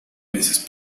peces